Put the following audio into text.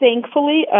Thankfully